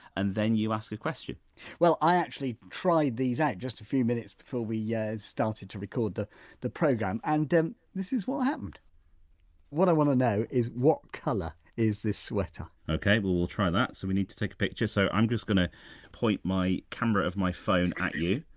and then you ask a question well i actually tried these out just a few minutes before we yeah started to record the the programme and this is what happened what i want to know is what colour is this sweater okay well we'll try that, so we need to take a picture, so i'm just going to point my camera of my phone at you.